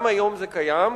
גם היום זה קיים.